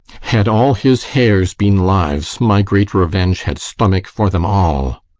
had all his hairs been lives, my great revenge had stomach for them all.